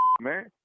man